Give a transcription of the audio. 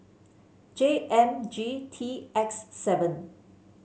J M G T X seven